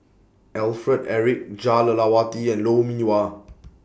Alfred Eric Jah Lelawati and Lou Mee Wah